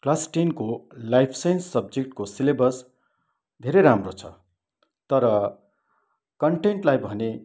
class टेनको life science सब्जेक्टको syllabus धेरै राम्रो छ तर कन्टेन्टलाई भने